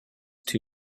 too